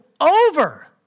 over